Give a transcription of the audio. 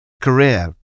career